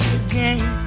again